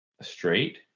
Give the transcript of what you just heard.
straight